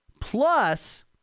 Plus